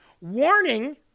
warning